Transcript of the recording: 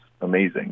amazing